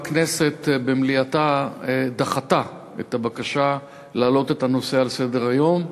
הכנסת במליאתה דחתה את הבקשה להעלות את הנושא על סדר-היום.